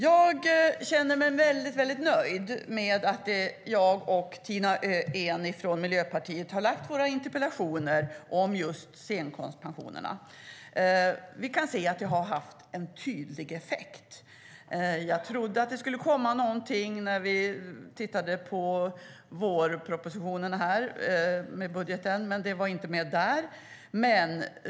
Jag känner mig mycket nöjd med att jag och Tina Ehn från Miljöpartiet har lagt fram våra interpellationer om scenkonstpensionerna. Vi kan se att det har haft en tydlig effekt. Jag trodde att det skulle komma någonting i vårpropositionen, men det var inte med där.